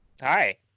Hi